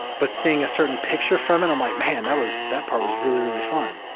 but seeing a certain picture from it i'm like, man, that was that part was really, really fun.